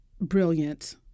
brilliant